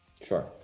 Sure